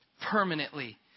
permanently